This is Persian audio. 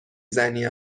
زنی